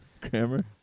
grammar